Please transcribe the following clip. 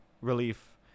relief